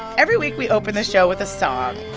every week, we open this show with a song.